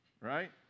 Right